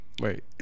Wait